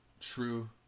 True